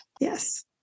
yes